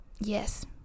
yes